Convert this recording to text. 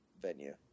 venue